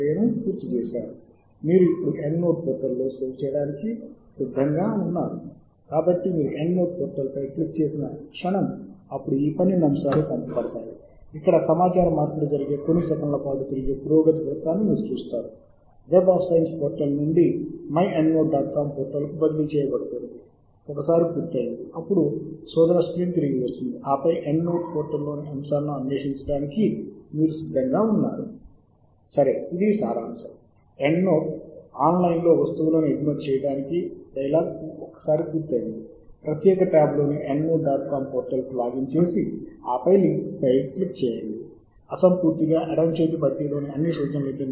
మీరు ఏ సమాచారం చేస్తారు ఈ బిబ్టెక్స్ ఫార్మాట్తో పాటు మళ్ళీ ఇక్కడ అందుబాటులో ఉంది మీరు ఈక్లిక్ చేయవచ్చు డ్రాప్ డౌన్ మెనుపై మరియు నేను అనులేఖనాలు మరియు నైరూప్యానికి సలహా ఇస్తున్నట్లు మీరు ఎంచుకోవచ్చు సమాచారం ఎందుకంటే చాలా తరచుగా నైరూప్యాన్ని చదవడం చాలా ముఖ్యం తద్వారా మనం గుర్తించగలం ఈ ప్రచురణలలో మీరు పూర్తి వచనానికి వెళ్లవలసిన అవసరం ఉంది